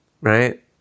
right